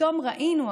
פתאום ראינו,